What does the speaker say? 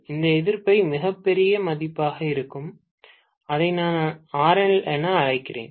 இந்த எதிர்ப்பு மிகப் பெரிய மதிப்பாக இருக்கும் அதை நான் அழைக்கிறேன் RL